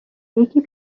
یکی